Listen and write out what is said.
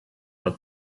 are